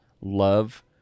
love